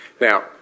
Now